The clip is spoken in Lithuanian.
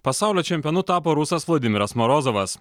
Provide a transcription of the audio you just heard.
pasaulio čempionu tapo rusas vladimiras marozovas